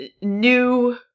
new